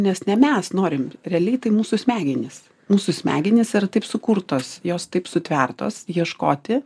nes ne mes norim realiai tai mūsų smegenys mūsų smegenys yra taip sukurtos jos taip sutvertos ieškoti